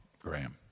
Graham